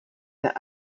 their